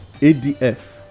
ADF